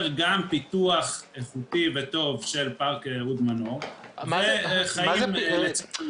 גם פיתוח איכותי וטוב של פארק אהוד מנור וחיים לצידו.